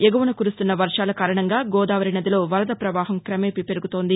ఎగువన కురుస్తున్న వర్షాల కారణంగా గోదావరి నదిలో వరద పవాహం కమేపీ పెరుగుతోంది